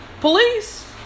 Police